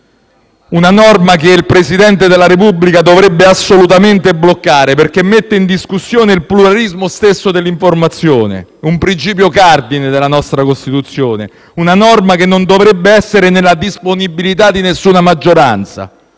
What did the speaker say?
Una norma che il Presidente della Repubblica dovrebbe assolutamente bloccare, perché mette in discussione il pluralismo stesso dell'informazione, un principio cardine della nostra Costituzione. Una norma che non dovrebbe essere nella disponibilità di nessuna maggioranza